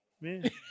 man